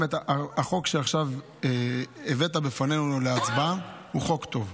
החוק שעכשיו הבאת בפנינו להצבעה הוא חוק טוב.